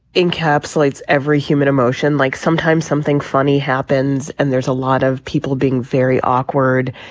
encapsulates every human emotion like sometimes something funny happens and there's a lot of people being very awkward.